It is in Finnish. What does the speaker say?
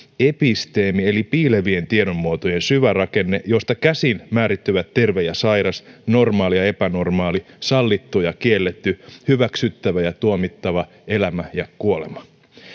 episteemi eli piilevien tiedonmuotojen syvärakenne josta käsin määrittyvät terve ja sairas normaali ja epänormaali sallittu ja kielletty hyväksyttävä ja tuomittava elämä ja kuolema